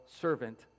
servant